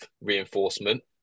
reinforcement